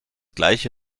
gleiche